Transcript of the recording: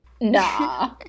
nah